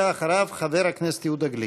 חבר הכנסת עבד אל חכים חאג' יחיא.